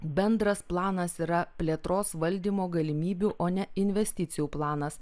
bendras planas yra plėtros valdymo galimybių o ne investicijų planas